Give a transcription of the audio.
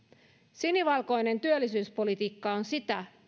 sinivalkoinen työllisyyspolitiikka on sitä